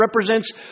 represents